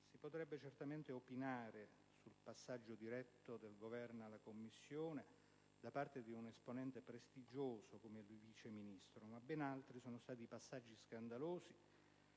Si potrebbe certamente opinare sul passaggio diretto dal Governo alla commissione da parte di un esponente prestigioso come il Vice Ministro, ma ben altri sono stati i passaggi scandalosi,